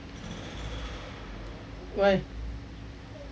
why